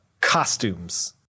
costumes